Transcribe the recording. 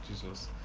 Jesus